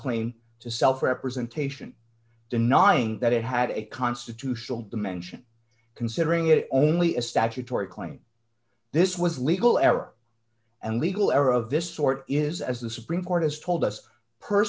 claim to self representation denying that it had a constitutional dimension considering it only a statutory claim this was legal error and legal error of this sort is as the supreme court has told us per